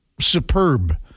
superb